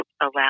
allow